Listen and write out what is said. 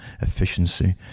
efficiency